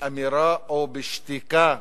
באמירה או בשתיקה,